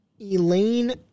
Elaine